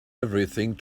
everything